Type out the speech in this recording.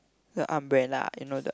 the umbrella you know the